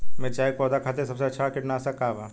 मिरचाई के पौधा खातिर सबसे अच्छा कीटनाशक का बा?